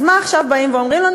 אז מה עכשיו באים ואומרים לנו?